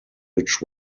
which